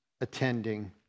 attending